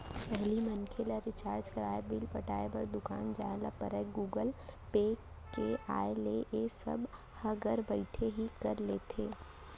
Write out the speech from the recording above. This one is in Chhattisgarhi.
पहिली मनसे ल रिचार्ज कराय, बिल पटाय बर दुकान जाय ल परयए गुगल पे के आय ले ए सब ह घर बइठे ही कर लेथे